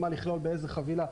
מה לכלול באיזו חבילה.